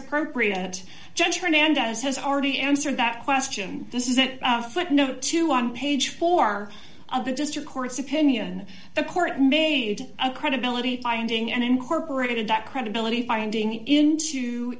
appropriate judge hernandez has already answered that question this is a footnote two on page four of the district court's opinion the court made a credibility finding and incorporated that credibility finding into